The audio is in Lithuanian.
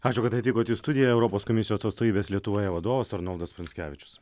ačiū kad atvykot į studiją europos komisijos atstovybės lietuvoje vadovas arnoldas pranckevičius